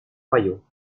royaux